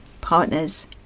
partner's